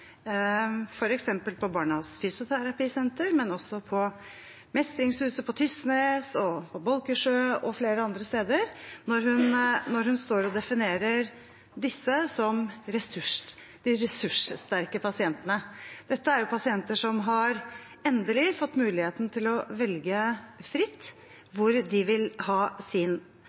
på Barnas Fysioterapisenter, Mestringshusene Tysnes, Mestringshusene Bolkesjø og flere andre steder, når hun definerer disse som de ressurssterke pasientene. Dette er pasienter som endelig har fått muligheten til å velge fritt hvor de vil ha sin